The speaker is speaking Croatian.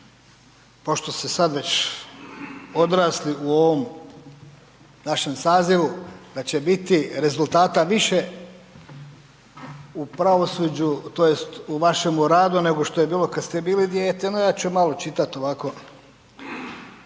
pošto ste sad već odrasli u ovom našem sazivu, da ćete biti rezultata više u pravosuđu tj. u vašemu radu nego što je bilo kad ste bili dijete no ja ću malo čitat ovako.